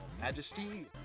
majesty